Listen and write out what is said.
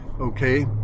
Okay